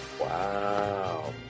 Wow